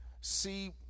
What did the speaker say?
see